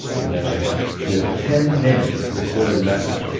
and then i did a ten minute recorded message.